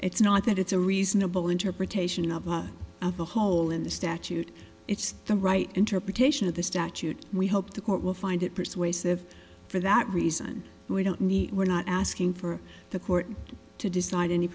it's not that it's a reasonable interpretation of the of the hole in the statute it's the right interpretation of the statute we hope the court will find it persuasive for that reason we don't need we're not asking for the court to decide any